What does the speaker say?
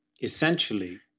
essentially